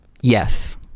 yes